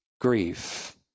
grief